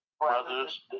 brothers